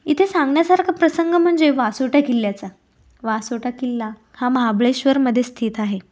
इथे सांगण्यासारखं प्रसंग म्हणजे वासोटा किल्ल्याचा वासोटा किल्ला हा महाबळेश्वरमध्ये स्थित आहे